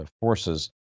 forces